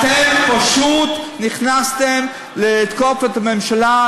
אתם פשוט נכנסתם לתקוף את הממשלה,